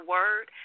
Word